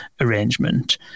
arrangement